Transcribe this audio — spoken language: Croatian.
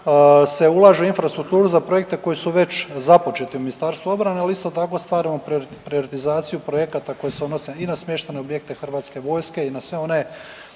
se ulaže u infrastrukturu za projekte koji su već započeti u Ministarstvu obrane, ali isto tako stvaramo privatizaciju projekata koji se odnose i na smještajne objekte Hrvatske vojske i na sve one